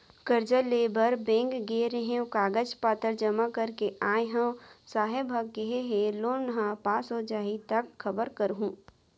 करजा लेबर बेंक गे रेहेंव, कागज पतर जमा कर के आय हँव, साहेब ह केहे हे लोन ह पास हो जाही त खबर करहूँ